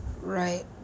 right